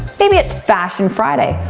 maybe it's fashion friday.